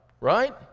right